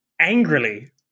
angrily